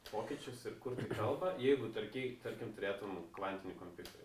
pokyčius ir kurti kalbą jeigu tarki tarkim turėtum kvantinį kompiuterį